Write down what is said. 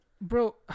bro